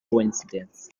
coincidence